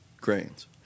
grains